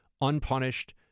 unpunished